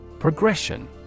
Progression